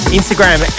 Instagram